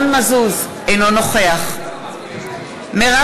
אינו נוכח מרב